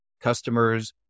customers